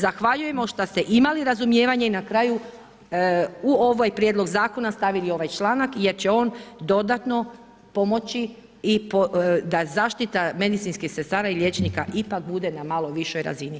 Zahvaljujemo što ste imali razumijevanje i na kraju u ovaj prijedlog zakona stavili ovaj članak jer će on dodatno pomoći da zaštita medicinskih sestara i liječnika ipak bude na malo višoj razini.